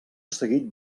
seguit